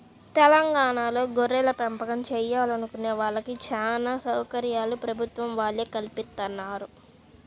తెలంగాణాలో గొర్రెలపెంపకం చేయాలనుకునే వాళ్ళకి చానా సౌకర్యాలు ప్రభుత్వం వాళ్ళే కల్పిత్తన్నారు